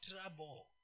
trouble